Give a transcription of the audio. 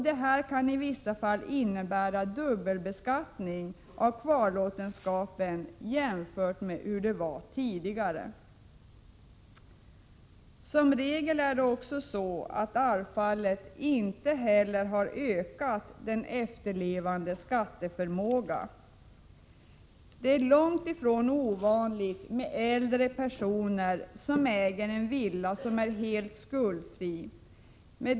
Det kan i vissa fall innebära dubbelbeskattning av kvarlåtenskap jämfört med hur det var tidigare. Som regel har arvfallet inte heller ökat den efterlevande makens skatteförmåga. Det är långt ifrån ovanligt med äldre personer som äger en villa där skulder helt saknas.